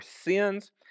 sins